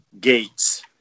gates